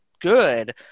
good